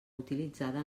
utilitzada